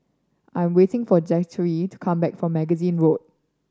I am waiting for Zachery to come back from Magazine Road